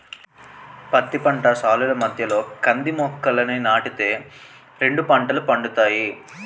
పత్తి పంట సాలుల మధ్యలో కంది మొక్కలని నాటి తే రెండు పంటలు పండుతాయి